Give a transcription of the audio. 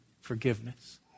Forgiveness